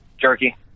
Jerky